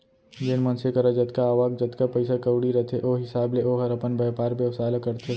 जेन मनसे करा जतका आवक, जतका पइसा कउड़ी रथे ओ हिसाब ले ओहर अपन बयपार बेवसाय ल करथे